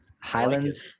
Highlands